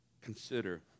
consider